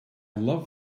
love